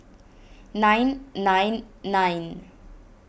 nine nine nine